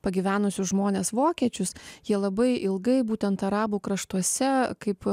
pagyvenusius žmones vokiečius jie labai ilgai būtent arabų kraštuose kaip